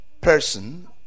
person